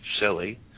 silly